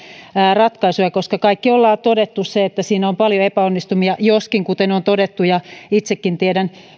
ratkaisuja koska kaikki olemme todenneet sen että kotoutumisessa on paljon epäonnistumisia joskin hyviä onnistumisiakin kuten on todettu ja itsekin tiedän